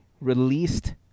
released